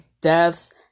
deaths